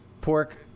pork